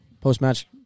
post-match